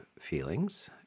feelings